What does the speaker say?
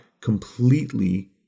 completely